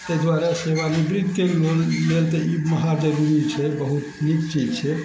तै दुआरे सेवानिवृतके लेल लेल तऽ ई महा जरूरी छै बहुत नीक चीज छै